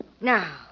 Now